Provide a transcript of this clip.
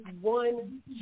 one